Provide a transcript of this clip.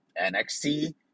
NXT